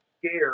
scared